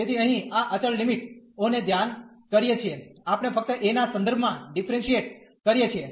તેથી અહીં આ અચળ લિમિટ ઓની ધ્યાન કરીએ છીએ આપણે ફક્ત a ના સંદર્ભમાં ડીફરેન્શીયેટ કરીએ છીએ